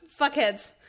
fuckheads